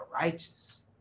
righteous